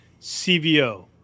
CVO